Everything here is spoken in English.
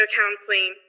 counseling